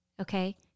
Okay